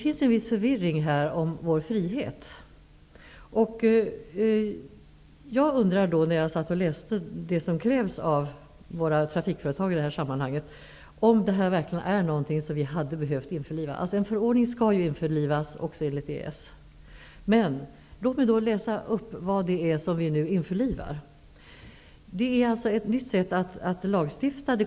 Det råder en viss förvirring när det gäller vår frihet i detta avseende. När jag läste vad som i detta sammanhang krävs av våra trafikföretag undrade jag om det verkligen behövs ett införlivande här. En förordning skall ju införlivas också enligt EES. Men vad vi införlivar är följande. Det handlar alltså om ett nytt sätt att lagstifta.